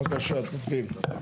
בבקשה, תתחיל.